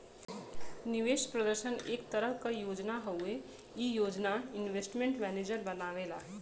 निवेश प्रदर्शन एक तरह क योजना हउवे ई योजना इन्वेस्टमेंट मैनेजर बनावेला